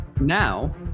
Now